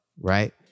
Right